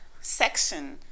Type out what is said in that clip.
section